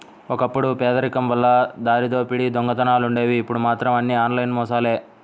ఒకప్పుడు పేదరికం వల్ల దారిదోపిడీ దొంగతనాలుండేవి ఇప్పుడు మాత్రం అన్నీ ఆన్లైన్ మోసాలే